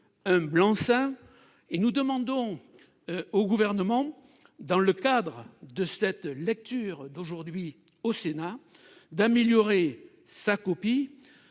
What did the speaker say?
d'un blanc-seing, et nous demandons au Gouvernement, dans le cadre de cette lecture au Sénat, d'améliorer sa copie,